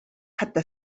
حتى